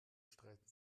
streiten